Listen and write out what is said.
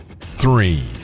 three